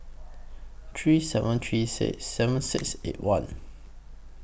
three seven three six seven six eight one